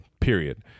period